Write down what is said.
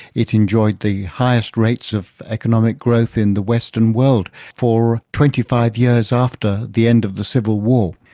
it enjoyed the highest rates of economic growth in the western world for twenty five years after the end of the civil war.